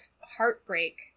heartbreak